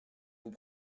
vous